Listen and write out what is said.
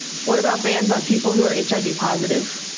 what about bans on people who are hiv-positive?